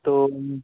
তো